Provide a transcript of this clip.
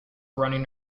running